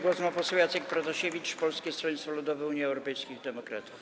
Głos ma poseł Jacek Protasiewicz, Polskie Stronnictwo Ludowe - Unia Europejskich Demokratów.